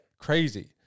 Crazy